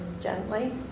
gently